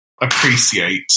appreciate